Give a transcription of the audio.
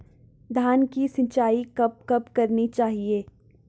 धान की सिंचाईं कब कब करनी चाहिये?